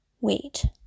Wait